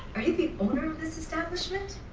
are you the owner of this establishment?